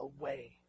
away